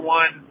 one